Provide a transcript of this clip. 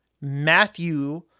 Matthew